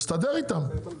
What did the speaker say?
תסתדר איתם.